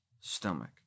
stomach